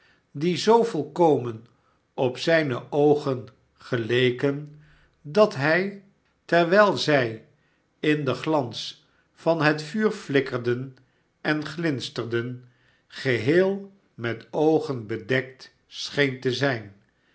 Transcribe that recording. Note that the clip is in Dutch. die zoo volkomen op zijne oogen geleken dat hij terwijl zij in den glans van het vuur flikkerden en glinsterden geheel met oogen bedekt scheen te zijn